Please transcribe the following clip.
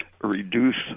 reduce